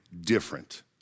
different